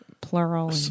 Plural